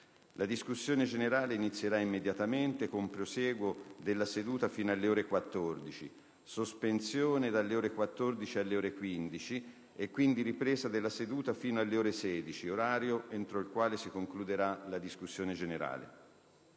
La discussione generale inizierà immediatamente con prosieguo della seduta fino alle ore 14, sospensione dalle ore 14 alle ore 15 e quindi ripresa della seduta fino alle ore 16, orario entro il quale si concluderà la discussione medesima.